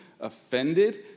offended